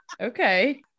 okay